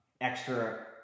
extra